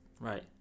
Right